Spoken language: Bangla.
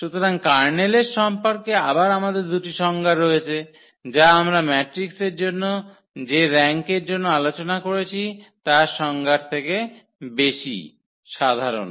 সুতরাং কার্নেল সম্পর্কে আবার আমাদের দুটি সংজ্ঞা রয়েছে যা আমরা ম্যাট্রিক্সের জন্য যে র্যাঙ্কের জন্য আলোচনা করেছি তার সংজ্ঞার থেকে বেশি সাধারণ